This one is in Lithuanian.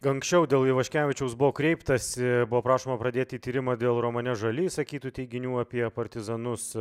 anksčiau dėl ivaškevičiaus buvo kreiptasi buvo prašoma pradėti tyrimą dėl romane žali išsakytų teiginių apie partizanus